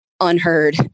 unheard